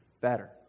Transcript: better